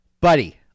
buddy